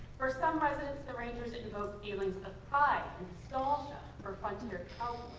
for some residents, the rangers invoke feelings of pride and nostalgia for frontier cowboys.